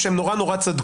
שהם נורא צדקו,